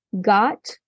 got